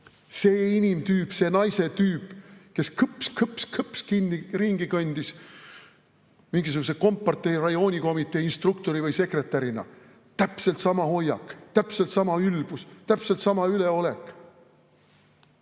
see inimtüüp, see naisetüüp, kes [nõukogude ajal] kõps-kõps-kõps ringi kõndis mingisuguse kompartei rajoonikomitee instruktori või sekretärina. Täpselt sama hoiak, täpselt sama ülbus, täpselt sama üleolek.